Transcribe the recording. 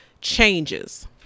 changes